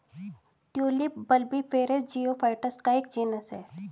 tulip bulbiferous geophytes का एक genus है